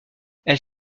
elle